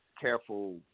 Careful